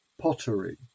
pottery